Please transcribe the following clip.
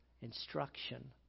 instruction